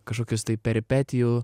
kažkokius tai peripetijų